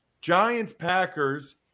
Giants-Packers